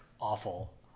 awful